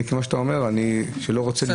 זה